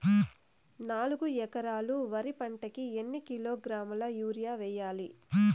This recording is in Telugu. నాలుగు ఎకరాలు వరి పంటకి ఎన్ని కిలోగ్రాముల యూరియ వేయాలి?